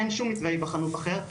אין שום מתווה היבחנות אחר.